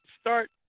start